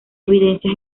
evidencias